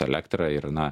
elektrą ir na